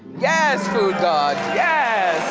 yes, foodgod, yeah